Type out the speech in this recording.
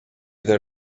their